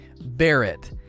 Barrett